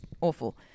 awful